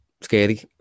scary